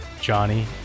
Johnny